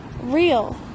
real